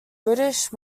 british